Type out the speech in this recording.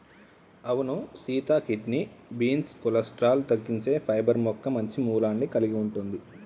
అవును సీత kidney beans cholesterol తగ్గించే పైబర్ మొక్క మంచి మూలాన్ని కలిగి ఉంటుంది